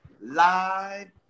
live